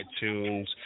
iTunes